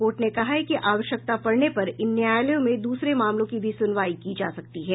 court ने कहा है कि आवश्यकता पड़ने पर इन न्यायालयों में दूसरे मामलों की भी सुनवाई की जा सकती है